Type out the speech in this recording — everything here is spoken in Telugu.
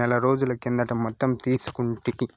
నెలరోజుల కిందట మొత్తం తీసేసుకుంటి